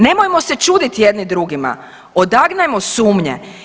Nemojmo se čuditi jedni drugima, odagnajmo sumnje.